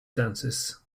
dances